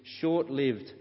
short-lived